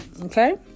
okay